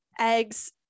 eggs